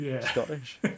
Scottish